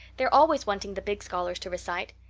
they're always wanting the big scholars to recite.